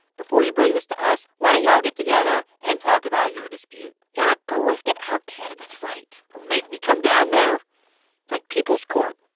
before you bring this to us, why don't you all get together and talk about your dispute? yeah, go work it out, kids that's right. don't make me come down there. it's like people's court.